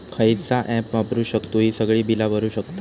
खयचा ऍप वापरू शकतू ही सगळी बीला भरु शकतय?